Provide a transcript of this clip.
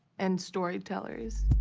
and storytellers